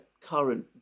current